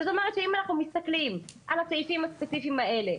זאת אומרת שאם מסתכלים על הסעיפים הספציפיים האלה,